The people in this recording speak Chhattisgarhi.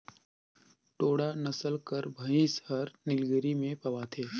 टोडा नसल कर भंइस हर नीलगिरी में पवाथे